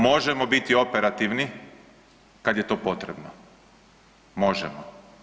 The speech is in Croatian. Možemo biti operativni kad je to potrebno, možemo.